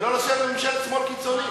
ולא לשבת בממשלת שמאל קיצונית.